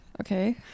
Okay